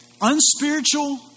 unspiritual